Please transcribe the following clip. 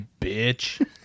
bitch